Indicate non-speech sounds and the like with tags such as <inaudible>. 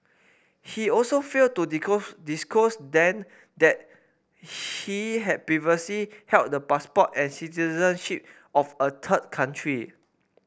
he also failed to <unintelligible> disclose then that he had previously held the passport and citizenship of a third country